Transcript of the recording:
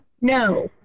No